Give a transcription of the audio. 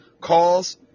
calls